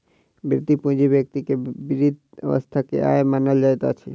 वृति पूंजी व्यक्ति के वृद्ध अवस्था के आय मानल जाइत अछि